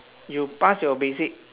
you pass your basic